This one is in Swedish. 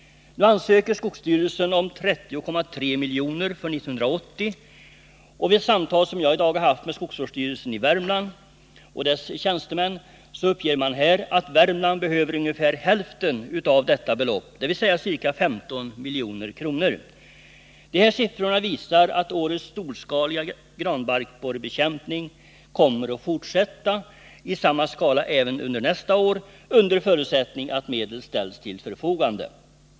Nu ansöker skogsstyrelsen om 30,3 milj.kr. för 1980. Vid ett samtal som jag i dag har haft med skogsvårdsstyrelsen i Värmland och dess tjänstemän uppgav man att Värmland behöver ungefär hälften av detta belopp, dvs. ca 15 milj.kr. Dessa siffror visar att årets storskaliga granbarkborrebekämpning kommer att fortsätta i samma skala även under nästa år, under förutsättning att medel ställs till förfogande.